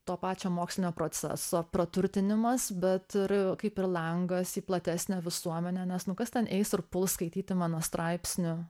to pačio mokslinio proceso praturtinimas bet ir kaip ir langas į platesnę visuomenę nes nu kas ten eis ir puls skaityti mano straipsnio